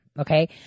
okay